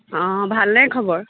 অঁ ভালনে খবৰ